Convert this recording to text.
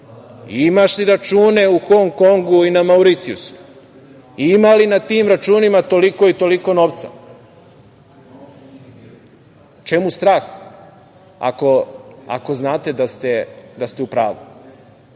imaš li račune u Hong Kongu i na Mauricijusu? Ima li na tim računima toliko o toliko novca? Čemu strah ako znate da ste u